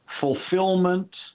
fulfillment